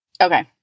Okay